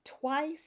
twice